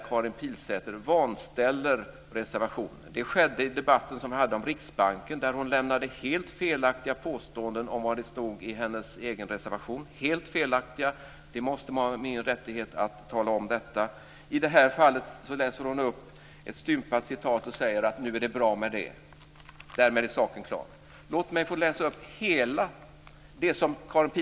Jag är helt klar över att riksdagen tog beslut i november 2000 om en ändring som gör att de negativa marginaleffekter som Moderaterna talar om inte längre finns.